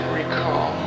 recall